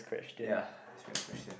ya ppo many question